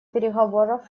переговоров